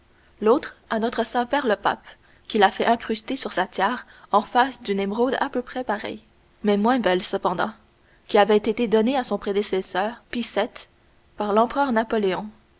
l'autre à notre saint-père le pape qui l'a fait incruster sur sa tiare en face d'une émeraude à peu près pareille mais moins belle cependant qui avait été donnée à son prédécesseur pie vii par l'empereur napoléon